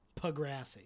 Pagrassi